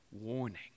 warning